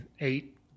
eight